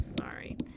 sorry